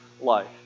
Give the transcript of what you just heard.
life